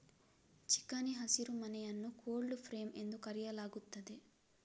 ಚಿಕಣಿ ಹಸಿರುಮನೆಯನ್ನು cold frame ಎಂದು ಕರೆಯಲಾಗುತ್ತದೆ